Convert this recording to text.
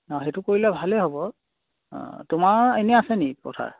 অঁ সেইটো কৰিলে ভালেই হ'ব তোমাৰ এনেই আছে নেকি পথাৰ